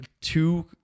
two